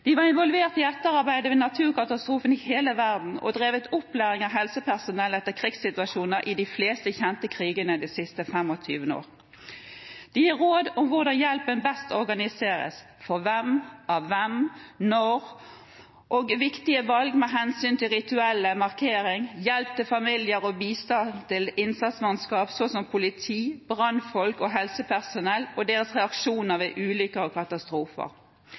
De har vært involvert i etterarbeidet etter naturkatastrofer i hele verden og drevet opplæring av helsepersonell etter krigssituasjoner i de fleste kjente krigene de siste 25 år. De gir råd om hvordan hjelpen best organiseres – for hvem, av hvem og når – og om viktige valg med hensyn til rituelle markeringer, hjelp til familier og bistand til innsatsmannskap som politi, brannfolk og helsepersonell og deres reaksjoner ved ulykker og katastrofer.